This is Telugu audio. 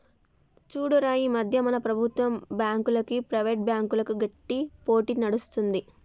చూడురా ఈ మధ్య మన ప్రభుత్వం బాంకులకు, ప్రైవేట్ బ్యాంకులకు గట్టి పోటీ నడుస్తుంది